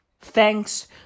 Thanks